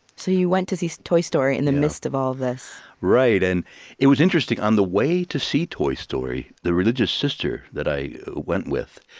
so you went to see toy story in the midst of all of this right. and it was interesting on the way to see toy story, the religious sister that i went with,